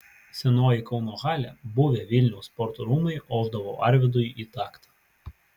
senoji kauno halė buvę vilniaus sporto rūmai ošdavo arvydui į taktą